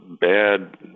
bad